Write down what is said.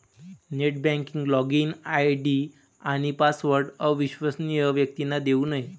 net banking login ID आणि password अविश्वसनीय व्यक्तींना देऊ नये